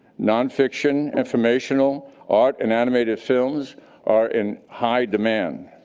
non-fiction, informational art and animated films are in high demand.